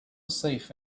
safe